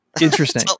Interesting